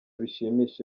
bishimisha